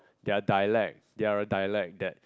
they are dialect they are a dialect that